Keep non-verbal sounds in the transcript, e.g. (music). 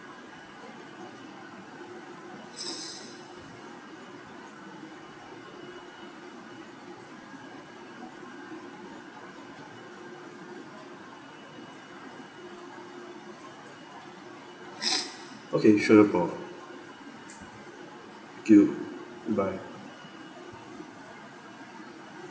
(breath) okay sure no problem thank you goodbye